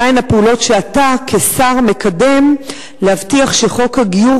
מהן הפעולות שאתה כשר מקדם להבטיח שחוק הגיור,